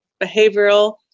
behavioral